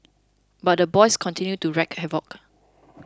but the boys continued to wreak havoc